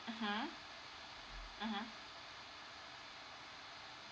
mmhmm mmhmm